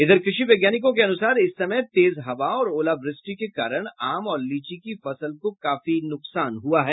इधर कृषि वैज्ञानिकों के अनुसार इस समय तेज हवा और ओलावृष्टि के कारण आम और लीची की फसल को काफी नुकसान हुआ है